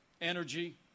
energy